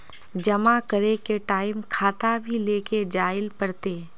जमा करे के टाइम खाता भी लेके जाइल पड़ते?